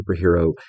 superhero